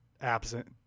absent